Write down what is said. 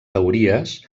teories